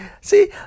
See